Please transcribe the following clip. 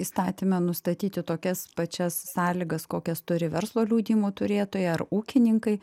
įstatyme nustatyti tokias pačias sąlygas kokias turi verslo liudijimų turėtojai ar ūkininkai